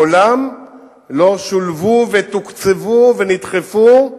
מעולם לא שולבו ותוקצבו ונדחפו,